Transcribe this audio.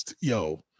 Yo